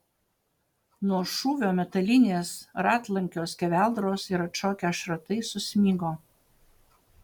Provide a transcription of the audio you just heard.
nuo šūvio metalinės ratlankio skeveldros ir atšokę šratai susmigo